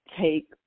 take